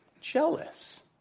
jealous